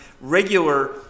regular